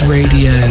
Radio